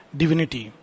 divinity